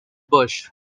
bush